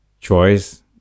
choice